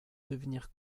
devenir